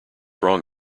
wrong